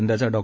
यंदाचा डॉ